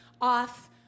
off